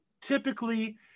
Typically